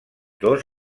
dos